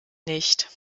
nicht